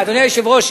אדוני היושב-ראש,